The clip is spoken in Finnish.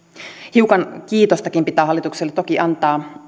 hiukan kiitostakin pitää hallitukselle toki antaa